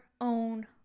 own